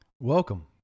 Welcome